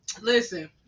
Listen